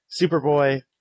Superboy